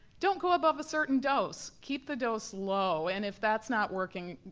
don't go above a certain dose. keep the dose low, and if that's not working,